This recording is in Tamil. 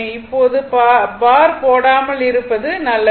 இப்போது பார் போடாமல் இருப்பது நல்லது